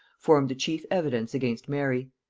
formed the chief evidence against mary.